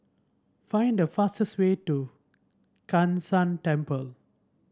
find the fastest way to Kai San Temple